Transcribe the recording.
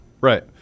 right